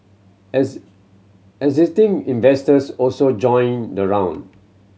existing investors also joined the round